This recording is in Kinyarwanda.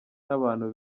n’abantu